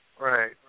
Right